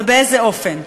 ובאיזה אופן?